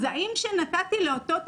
אז האם כשנתתי לאותו תאגיד,